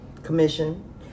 Commission